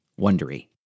Wondery